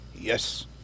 yes